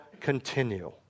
continue